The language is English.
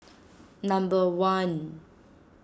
number one